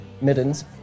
middens